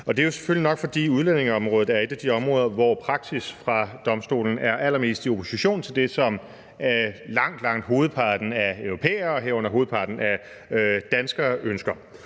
Og det er jo selvfølgelig nok, fordi udlændingeområdet er et af de områder, hvor praksis fra domstolen er allermest i opposition til det, som langt, langt hovedparten af europæere, herunder hovedparten af danskere, ønsker.